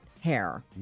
hair